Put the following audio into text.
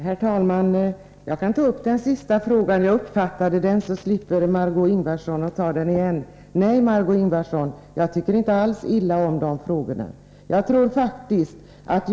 Herr talman! Jag kan ta upp den fråga som Margö Ingvardsson tänkte ställa — jag uppfattade vad Margöé Ingvardsson åsyftade. Nej, Margö Ingvardsson, jag tycker inte alls illa om att bli påmind om de frågor jag ställde för ett år sedan.